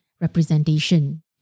representation